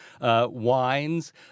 wines